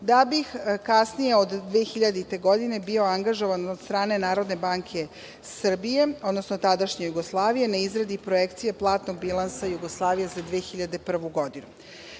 da bi kasnije od 2000. godine bio angažovan od strane NBS, odnosno tadašnje Jugoslavije, na izradi projekcije platnog bilansa Jugoslavije za 2001. godinu. Ovo